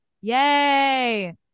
Yay